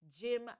Jim